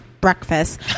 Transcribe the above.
breakfast